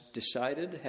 decided